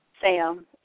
Sam